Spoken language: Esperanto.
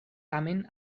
tamen